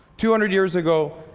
two hundred years ago,